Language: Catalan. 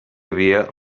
havia